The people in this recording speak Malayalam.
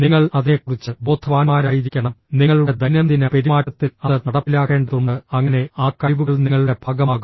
നിങ്ങൾ അതിനെക്കുറിച്ച് ബോധവാന്മാരായിരിക്കണം നിങ്ങളുടെ ദൈനംദിന പെരുമാറ്റത്തിൽ അത് നടപ്പിലാക്കേണ്ടതുണ്ട് അങ്ങനെ ആ കഴിവുകൾ നിങ്ങളുടെ ഭാഗമാകും